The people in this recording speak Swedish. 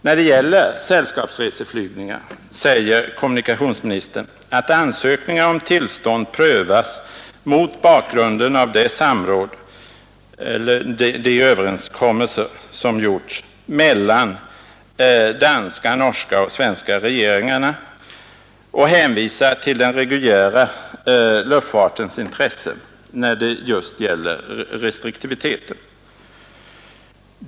När det gäller sällskapsreseflygningar säger kommunikationsministern att ansökan om tillstånd prövas mot bakgrund av den charterpolitik som överenskommits mellan de svenska, danska och norska regeringarna och hänvisar till den reguljära luftfartens intressen just i fråga om restriktiviteten.